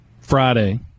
Friday